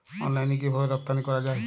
অনলাইনে কিভাবে রপ্তানি করা যায়?